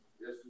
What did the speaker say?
Yes